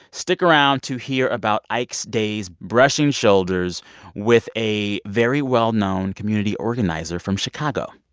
stick around to hear about ike's days brushing shoulders with a very well-known community organizer from chicago.